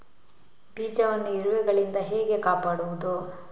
ಬೀಜವನ್ನು ಇರುವೆಗಳಿಂದ ಹೇಗೆ ಕಾಪಾಡುವುದು?